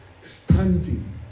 standing